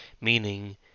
meaning